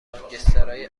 گانگسترهای